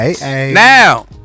Now